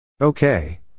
Okay